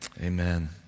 Amen